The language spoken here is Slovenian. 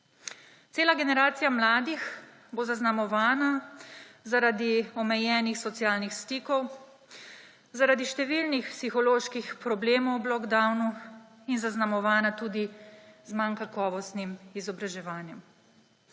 Cela generacija mladih bo zaznamovana zaradi omejenih socialnih stikov, zaradi številnih psiholoških problemov ob lockdownu in zaznamovana tudi z manj kakovostnim izobraževanjem.